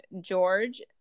George